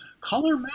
Color